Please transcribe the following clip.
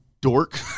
dork